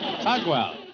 Tugwell